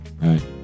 Right